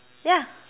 yeah